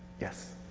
yes?